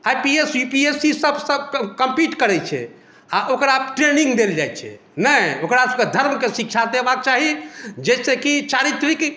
आइ P S U P S C सभ सभ compete करैत छै आ ओकरा ट्रेनिंग देल जाइत छै नहि ओकरासभके धर्मके शिक्षा देबाक चाही जाहिसँ कि चारित्रिक